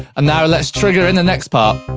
and now let's trigger in the next part.